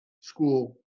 school